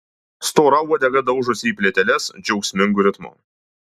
stora uodega daužosi į plyteles džiaugsmingu ritmu